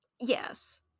Yes